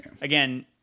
Again